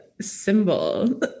symbol